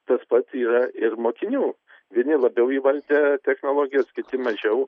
tas pat yra ir mokinių vieni labiau įvaldę technologijas kiti mažiau